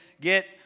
get